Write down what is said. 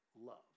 love